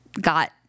got